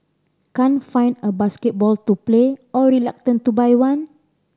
can't find a basketball to play or reluctant to buy one